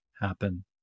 happen